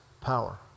power